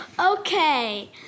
Okay